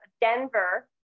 Denver